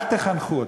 אל תחנכו אותנו.